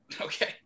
Okay